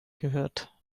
gehört